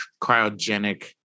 cryogenic